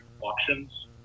auctions